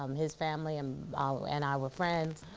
um his family um ah and i were friends